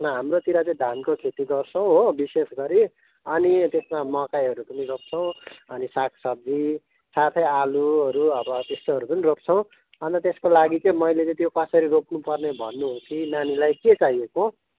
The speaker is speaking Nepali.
हाम्रोतिर चाहिँ धानको खेती गर्छौँ हो विशेष गरी अनि त्यसमा मकैहरू पनि रोप्छौँ अनि सागसब्जी साथै आलुहरू अब त्यस्तोहरू पनि रोप्छौँ अन्त त्यसको लागि चाहिँ मैले चाहिँ त्यो कसरी रोप्नुपर्ने भन्नु हो कि नानीलाई के चाहिएको